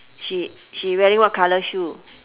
she she wearing what colour shoe